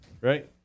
Right